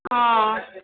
ओ